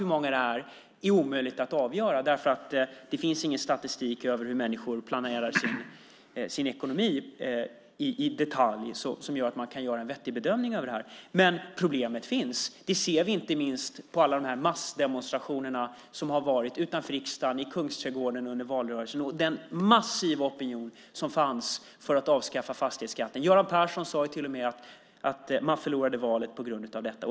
Hur många det är exakt är omöjligt att avgöra därför att det inte finns någon statistik över hur människor planerar sin ekonomi i detalj som gör att man kan göra en vettig bedömning av det. Men problemet finns. Det ser vi inte minst på alla de massdemonstrationer som har varit utanför riksdagen och i Kungsträdgården under valrörelsen och den massiva opinion som fanns för att avskaffa fastighetsskatten. Göran Persson sade till och med att man förlorade valet på grund av detta.